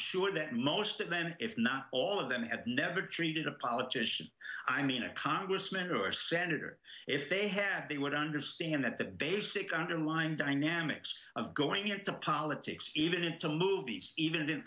sure that most of men if not all of them had never treated a politician i mean a congressman or senator if they had they would understand that the basic underlying dynamics of going into politics even into louise even